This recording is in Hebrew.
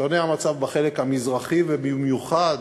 שונה המצב בחלק המזרחי, ובמיוחד